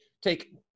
take